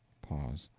pause.